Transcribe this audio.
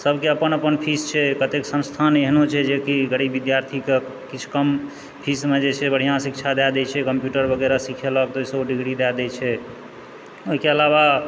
सभके अपन अपन फीस छै कतेक संस्थान एहनो छै जे कि गरीब विद्यार्थीकेँ किछु कम फीसमे जे छै बढ़िआँ शिक्षा दए दै छै कम्प्यूटर वगैरह सिखयलक दोसरो डिग्री दए दैत छै ओहिके अलावा